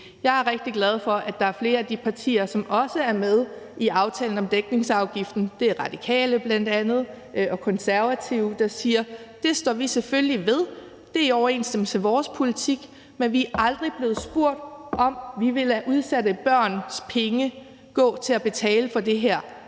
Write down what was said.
Jeg er rigtig glad for, at der er flere af de partier, som også er med i aftalen om dækningsafgiften – det er bl.a. Radikale og Konservative – der siger: Det står vi selvfølgelig ved. Det er i overensstemmelse med vores politik, men vi er aldrig blevet spurgt om, om vi vil lade udsatte børns penge gå til at betale for det her